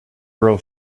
girl